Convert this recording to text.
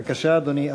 בבקשה, אדוני.